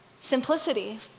simplicity